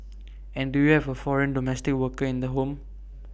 and do you have A foreign domestic worker in the home